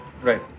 right